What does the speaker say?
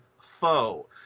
foe